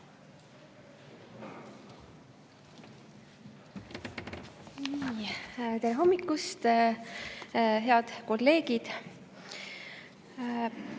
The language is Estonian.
Tere hommikust, head kolleegid!